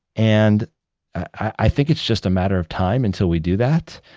and i think it's just a matter of time until we do that,